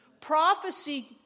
Prophecy